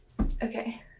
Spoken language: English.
okay